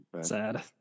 Sad